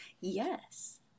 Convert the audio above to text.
Yes